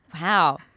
Wow